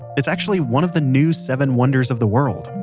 it's actually one of the new seven wonders of the world.